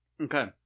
Okay